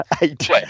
eight